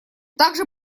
также